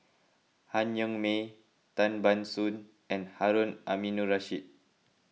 Han Yong May Tan Ban Soon and Harun Aminurrashid